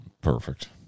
Perfect